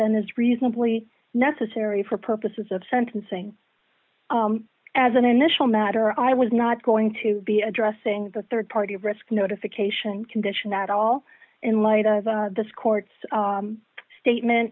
than is reasonably necessary for purposes of sentencing as an initial matter i was not going to be addressing the rd party of risk notification condition at all in light of this court's statement